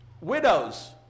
widows